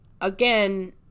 again